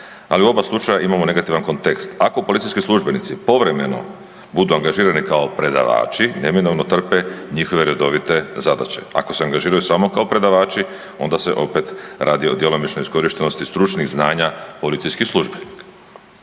ali u oba slučaja imamo negativan kontekst. Ako policijski službenici povremeno budu angažirani kao predavači neminovno trpe njihove redovite zadaće, ako se angažiraju samo kao predavači onda se opet radi o djelomičnoj iskorištenosti stručnih znanja policijskih službenika.